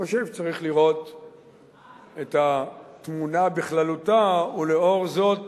להחזיר את התקווה ואת האמונה לרבים וטובים,